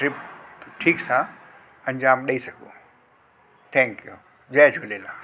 ठीकु सां अंजाम ॾेई सघूं थैंक्यू जय झूलेलाल